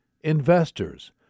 investors